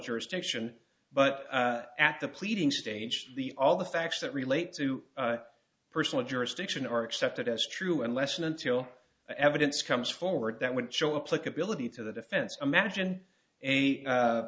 jurisdiction but at the pleading stage the all the facts that relate to personal jurisdiction are accepted as true unless and until evidence comes forward that would show up like ability to the defense imagine a